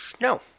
No